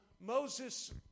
Moses